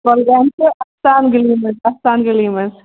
کۄلگامہِ چھِ اَستان گٔلی منٛز اَستان گٔلی منٛز